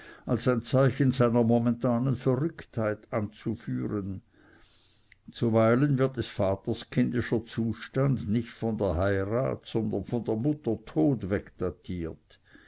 als ein zeichen seiner momentanen verrücktheit anzuführen zuweilen wird des vaters kindischer zustand nicht von der heirat sondern von der mutter tod weg datiert